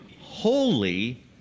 holy